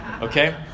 okay